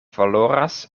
valoras